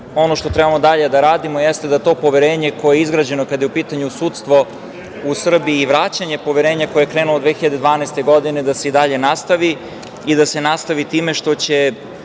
ono što treba dalje da radimo, jeste da to poverenje koje je izgrađeno kada je u pitanju sudstvo u Srbiji i vraćanje poverenja koje je krenulo 2012. godine, da se i dalje nastavi i da se nastavi time što će